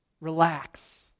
relax